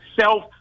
self